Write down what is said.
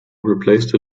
replaced